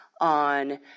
on